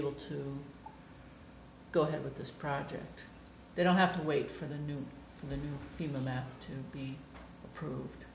able to go ahead with this project they don't have to wait for the new the new human that to be approved